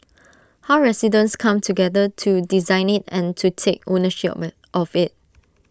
how residents come together to design IT and to take ownership of of IT